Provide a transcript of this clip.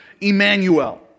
Emmanuel